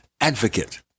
advocate